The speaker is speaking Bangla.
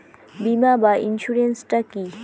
বিমা বা ইন্সুরেন্স টা কি?